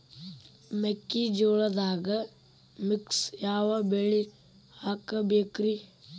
ಮೆಕ್ಕಿಜೋಳದಾಗಾ ಮಿಕ್ಸ್ ಯಾವ ಬೆಳಿ ಹಾಕಬೇಕ್ರಿ?